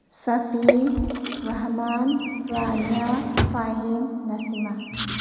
Safi Rahman Rania Fahim ꯅꯁꯤꯃꯥ